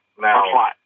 Now